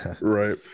Right